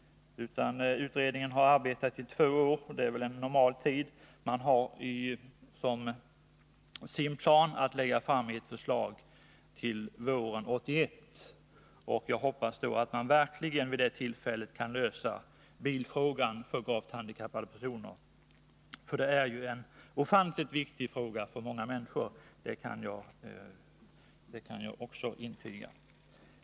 Utredningen har arbetat i två år, och det är väl en normal tid. Utredningen planerar att lägga fram ett förslag till våren 1981. Jag hoppas att man vid det tillfället verkligen kan lösa frågan om bilstöd för gravt handikappade personer. Den frågan är ofantligt viktig för många människor. Det kan jag också intyga.